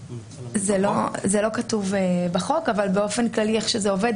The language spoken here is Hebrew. זה לא כתוב בחוק אבל באופן כללי איך שזה עובד,